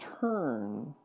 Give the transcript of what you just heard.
turn